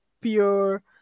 pure